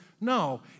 No